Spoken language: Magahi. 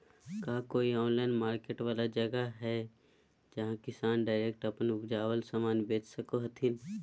का कोई ऑनलाइन मार्केट वाला जगह हइ जहां किसान डायरेक्ट अप्पन उपजावल समान बेच सको हथीन?